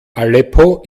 aleppo